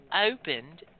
opened